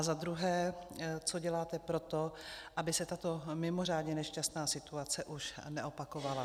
Za druhé, co děláte pro to, aby se tato mimořádně nešťastná situace už neopakovala?